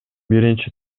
биринчи